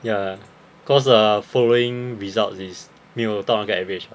ya cause the following results is 没有到那个 average lah